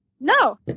No